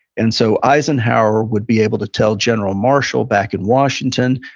and so eisenhower would be able to tell general marshall back in washington,